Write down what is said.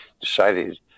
decided